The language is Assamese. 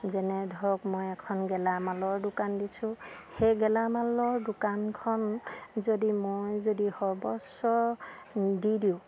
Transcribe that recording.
যেনে ধৰক মই এখন গেলামালৰ দোকান দিছোঁ সেই গেলামালৰ দোকানখন যদি মই যদি সৰ্বোচ্চ দি দিওঁ